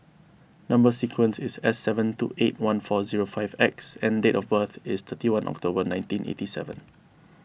Number Sequence is S seven two eight one four zero five X and date of birth is thirty one October nineteen eighty seven